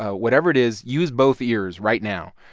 ah whatever it is, use both ears right now.